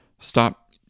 Stop